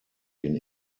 den